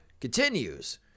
continues